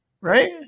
Right